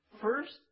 First